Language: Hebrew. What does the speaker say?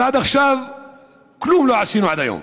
אבל עד עכשיו כלום לא עשינו, עד היום,